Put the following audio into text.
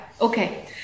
Okay